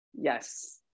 Yes